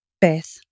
Beth